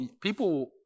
People